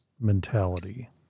mentality